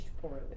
poorly